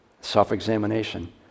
self-examination